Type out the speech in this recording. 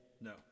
No